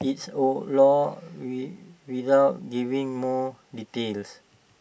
its laws with without giving more details